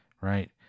Right